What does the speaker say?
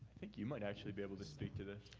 think you might actually be able to speak to this.